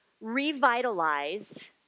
revitalize